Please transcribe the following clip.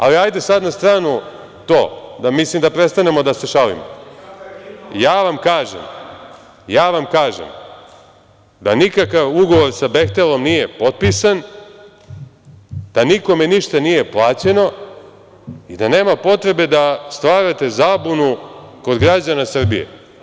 Ali, hajde na stranu to, da prestanemo da se šalimo, ja vam kažem da nikakav ugovor sa „Behtelom“ nije potpisan, da nikome ništa nije plaćeno i da nema potrebe stvarate zabunu kod građana Srbije.